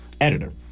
editor